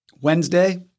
Wednesday